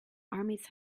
armies